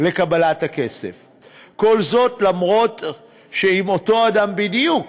לקבלת הכסף, למרות שאם אותו אדם בדיוק